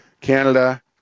canada